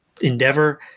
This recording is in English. endeavor